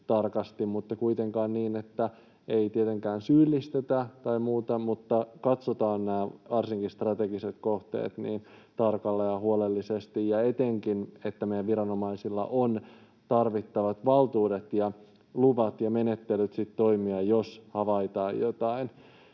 mutta kuitenkin niin, että ei tietenkään syyllistetä tai muuta mutta katsotaan nämä varsinkin strategiset kohteet tarkasti ja huolellisesti, ja etenkin, että meidän viranomaisilla on tarvittavat valtuudet ja luvat ja menettelyt sitten toimia, jos havaitaan jotain